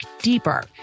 deeper